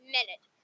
Minute